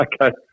okay